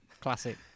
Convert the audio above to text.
Classic